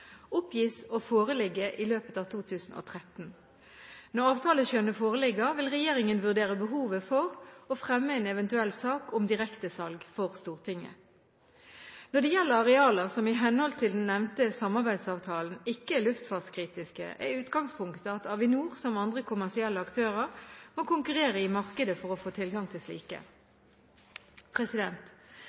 oppgis å foreligge i løpet av 2013. Når avtaleskjønnet foreligger, vil regjeringen vurdere behovet for å fremme en eventuell sak om direktesalg for Stortinget. Når det gjelder arealer, som i henhold til den nevnte samarbeidsavtalen, ikke er luftfartskritiske, er utgangspunktet at Avinor, som andre kommersielle aktører, må konkurrere i markedet for å få tilgang til slike.